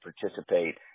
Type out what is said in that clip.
participate